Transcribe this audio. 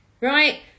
right